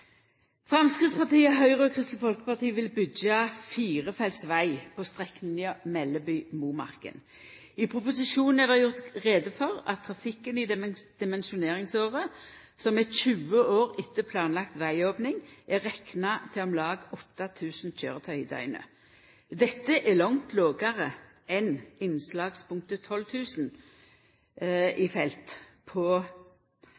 Framstegspartiet, Høgre og Kristeleg Folkepari vil byggja firefelts veg på strekninga Melleby–Momarken. I proposisjonen er det gjort greie for at trafikken i dimensjoneringsåret, som er 20 år etter planlagd vegopning, er rekna til om lag 8 000 kjøretøy i døgnet. Dette er langt lågare enn